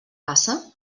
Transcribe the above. passa